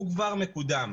הוא כבר מקודם.